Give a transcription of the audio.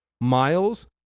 Miles